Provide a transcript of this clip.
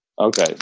Okay